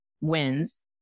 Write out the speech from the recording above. wins